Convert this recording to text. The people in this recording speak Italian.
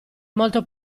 molto